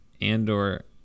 Andor